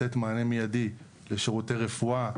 לתת מענה מידי לשירותי רפואה.